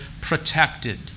protected